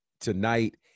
tonight